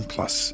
Plus